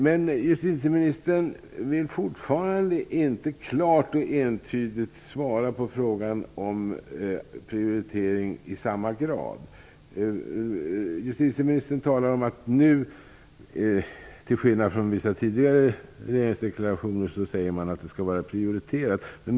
Men justitieministern vill fortfarande inte klart och entydigt svara på frågan om prioritering i samma grad. Justitieministern talar om att man nu, till skillnad från vissa tidigare regeringsdeklarationer, säger att ekobrottsligheten skall vara prioriterad.